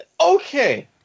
okay